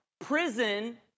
prison